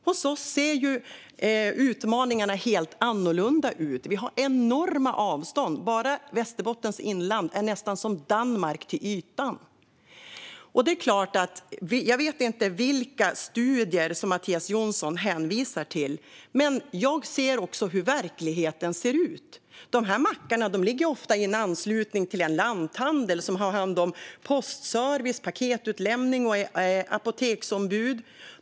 Hos oss ser utmaningarna helt annorlunda ut. Vi har enorma avstånd. Bara Västerbottens inland är nästan lika stort som Danmark till ytan. Jag vet inte vilka studier Mattias Jonsson hänvisar till, men jag ser hur verkligheten ser ut. De här mackarna ligger ofta i anslutning till en lanthandel, som har hand om postservice och paketutlämning och är apoteksombud.